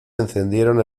encendieron